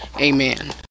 Amen